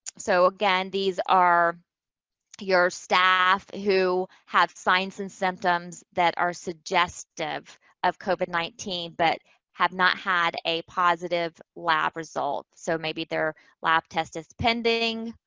so, again, these are your staff who have signs and symptoms that are suggestive of covid nineteen, but have not had a positive lab result. so, maybe their lab test is pending,